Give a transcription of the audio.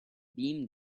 beam